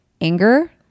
anger